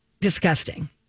disgusting